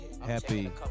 happy